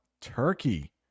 turkey